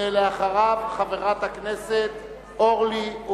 ולאחריו, חברת הכנסת אורלי לוי.